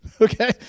okay